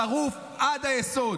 שרוף עד היסוד.